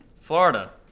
Florida